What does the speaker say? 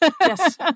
Yes